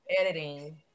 editing